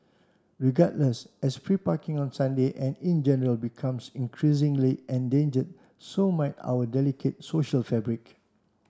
regardless as free parking on Sunday and in general becomes increasingly endangered so might our delicate social fabric